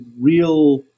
real